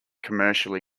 commercially